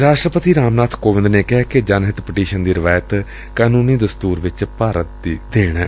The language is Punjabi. ਰਾਸ਼ਟਰਪਤੀ ਰਾਮ ਨਾਬ ਕੋਵਿੰਦ ਨੇ ਕਿਹੈ ਕਿ ਜਨ ਹਿੱਤ ਪਟੀਸ਼ਨ ਦੀ ਰਵਾਇਤ ਕਾਨੁੰਨੀ ਦਸਤੁਰ ਵਿਚ ਭਾਰਤ ਦਾ ਯੋਗਦਾਨ ਏ